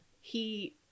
he-